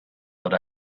but